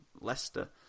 Leicester